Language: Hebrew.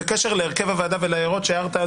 בקשר להרכב הוועדה ולהערות שהערת,